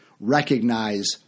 recognize